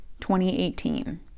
2018